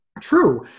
True